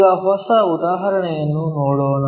ಈಗ ಹೊಸ ಉದಾಹರಣೆಯನ್ನು ನೋಡೋಣ